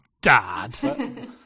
dad